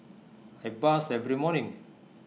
I bathe every morning